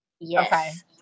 Yes